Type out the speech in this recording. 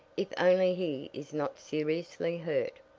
if only he is not seriously hurt.